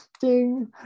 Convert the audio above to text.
ding